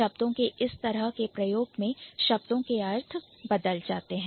शब्दों के इस तरह के प्रयोग में शब्दों के अर्थ बदल जाते हैं